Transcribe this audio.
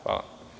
Hvala.